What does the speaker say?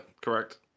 Correct